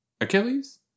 Achilles